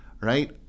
right